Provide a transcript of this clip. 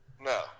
no